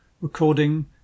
Recording